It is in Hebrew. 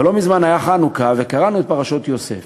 אבל לא מזמן היה חנוכה, וקראנו את פרשות יוסף.